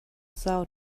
são